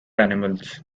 animals